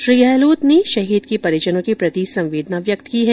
श्री गहलोत ने शहीद के परिजनों के प्रति संवेदना व्यक्त की है